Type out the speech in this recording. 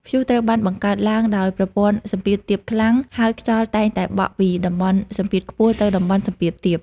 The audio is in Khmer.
ព្យុះត្រូវបានបង្កើតឡើងដោយប្រព័ន្ធសម្ពាធទាបខ្លាំង ហើយខ្យល់តែងតែបក់ពីតំបន់សម្ពាធខ្ពស់ទៅតំបន់សម្ពាធទាប។